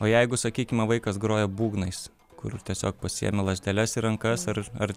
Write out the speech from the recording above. o jeigu sakykime vaikas groja būgnais kur tiesiog pasiėmė lazdeles į rankas ar ar